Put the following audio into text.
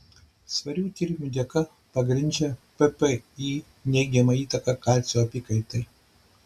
svarių tyrimų dėka pagrindžia ppi neigiamą įtaką kalcio apykaitai